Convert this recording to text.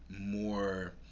more